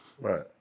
Right